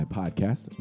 podcast